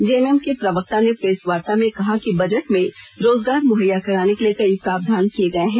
JMM के प्रवक्ता ने प्रेस वार्ता में कहा कि बजट में रोजगार मुहैया कराने के लिए कई प्रावधान किए गए हैं